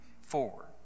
forward